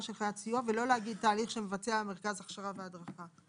של חיית סיוע ולא להגיד תהליך שמבצע מרכז ההכשרה וההדרכה.